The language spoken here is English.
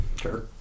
Sure